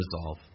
resolve